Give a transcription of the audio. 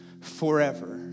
forever